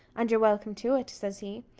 and you're welcome to it, says he,